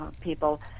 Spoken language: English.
people